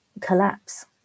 collapse